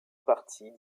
parties